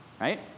right